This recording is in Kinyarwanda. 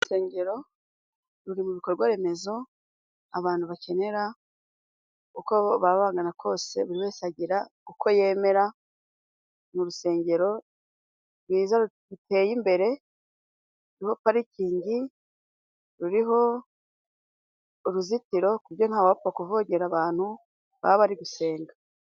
Urusengero ruri mu bikorwa remezo abantu bakenera uko baba bangana kose buri wese agira uko yemera, ni urusengero rwiza ruteye imbere , ruriho parikingi, ruriho uruzitiro ku buryo ntawapfa kuvogera abantu baba bari gusenga.